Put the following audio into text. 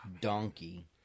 donkey